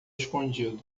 escondido